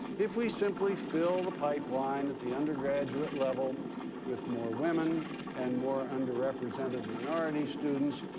if we simply fill the pipeline at the undergraduate level with more women and more underrepresented minority students,